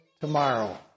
tomorrow